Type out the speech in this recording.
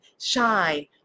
shine